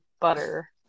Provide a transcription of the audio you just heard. butter